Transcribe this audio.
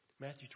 Matthew